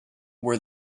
were